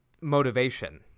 motivation